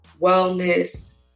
wellness